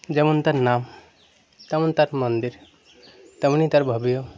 যেমন তার নাম তেমন তার মন্দির তেমনই তার ভাবেও